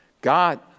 God